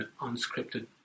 unscripted